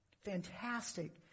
fantastic